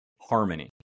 harmony